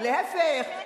להיפך,